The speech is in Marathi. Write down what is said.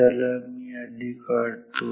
त्याला मी आधी काढतो